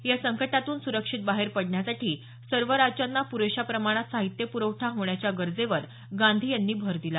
या संकटातून सुरक्षित बाहेर पडण्यासाठी सर्व राज्यांना पुरेशा प्रमाणात साहित्य प्रवठा होण्याच्या गरजेवर गांधी यांनी भर दिला